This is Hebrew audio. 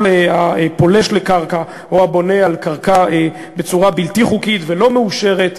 כל פולש לקרקע או הבונה על קרקע בצורה בלתי חוקית ולא מאושרת,